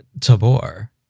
Tabor